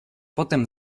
potem